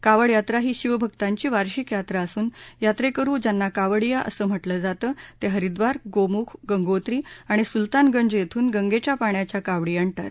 कावडयात्रा ही शिवभक्तांची वार्षिक यात्रा असून यात्रेकरु ज्यांना कावडिया असं म्हटलं जातं ते हरिद्वार गोमुख गंगोत्री आणि सुलतानगंज ध्रून गंगेच्या पाण्याच्या कावडी आणतात